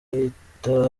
ahita